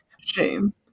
Shame